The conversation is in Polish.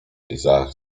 izaak